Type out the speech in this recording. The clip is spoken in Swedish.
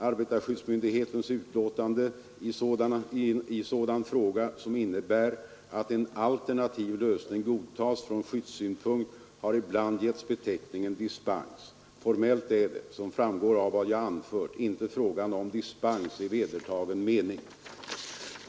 Arbetarskyddsmyndighetens utlåtande i sådan fråga som innebär att en alternativ lösning godtas från skyddssynpunkt har ibland getts beteckningen dispens. Formellt är det, som framgår av vad jag anfört, inte fråga om dispens i vedertagen mening.